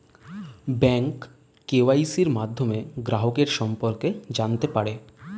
bank কেওয়াইসির মাধ্যমে গ্রাহকের সম্পর্কে জানতে পারে